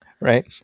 right